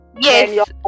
yes